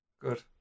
Good